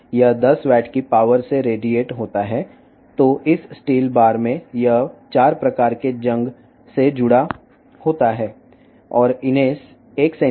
కాబట్టి ఈ స్టీల్ బార్లో ఇది 4 రకాల తుప్పుతో క్షీణిస్తుంది మరియు అవి 1 సెం